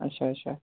اَچھا اَچھا